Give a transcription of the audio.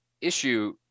issue